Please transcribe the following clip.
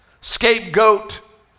scapegoat